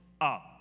up